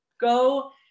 go